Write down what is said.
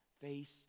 face